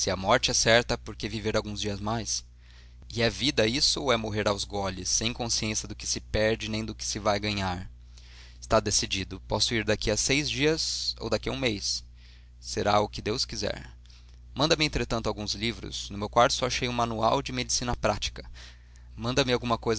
a morte é certa por que viver alguns dias mais e é vida isso ou é morrer aos goles sem consciência do que se perde nem do que se vai ganhar está decidido posso ir daqui a seis dias ou daqui a um mês será o que deus quiser manda-me entretanto alguns livros no meu quarto só achei um manual de medicina prática manda-me alguma